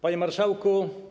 Panie Marszałku!